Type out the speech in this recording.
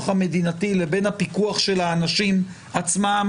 המדינתי לבין הפיקוח של האנשים עצמם?